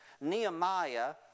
Nehemiah